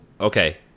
Okay